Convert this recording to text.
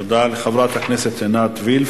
תודה לחברת הכנסת עינת וילף.